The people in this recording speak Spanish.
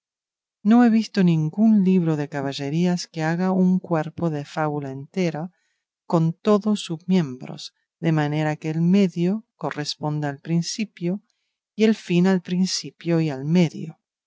no he visto ningún libro de caballerías que haga un cuerpo de fábula entero con todos sus miembros de manera que el medio corresponda al principio y el fin al principio y al medio